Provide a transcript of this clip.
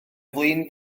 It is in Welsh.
flin